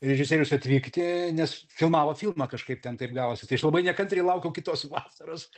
režisierius atvykti nes filmavo filmą kažkaip ten taip gavosi tai aš labai nekantriai laukiau kitos vasaros